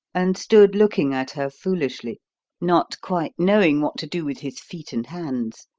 and stood looking at her foolishly not quite knowing what to do with his feet and hands.